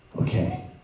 okay